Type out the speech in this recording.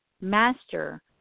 master